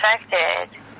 affected